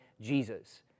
Jesus